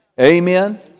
Amen